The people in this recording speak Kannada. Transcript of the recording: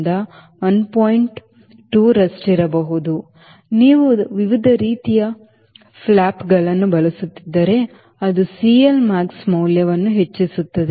2 ರಷ್ಟಿರಬಹುದು ನೀವು ವಿವಿಧ ರೀತಿಯ ಫ್ಲಾಪ್ಗಳನ್ನು ಬಳಸುತ್ತಿದ್ದರೆ ಅದು CLmax ಮೌಲ್ಯವನ್ನು ಹೆಚ್ಚಿಸುತ್ತದೆ